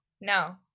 No